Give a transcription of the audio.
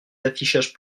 d’affichage